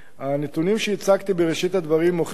הנתונים שהצגתי בראשית הדברים מוכיחים